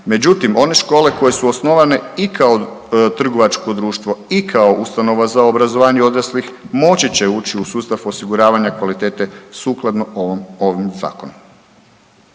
Međutim, one škole koje su osnovane i kao trgovačko društvo i kao ustanova za obrazovanje odraslih moći će ući u sustav osiguravanja kvalitete sukladno ovom, ovim